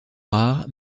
rares